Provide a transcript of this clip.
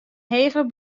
heger